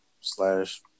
slash